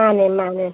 ꯃꯥꯅꯦ ꯃꯥꯅꯦ